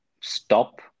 stop